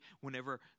whenever